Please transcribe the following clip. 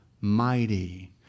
mighty